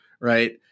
right